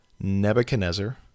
Nebuchadnezzar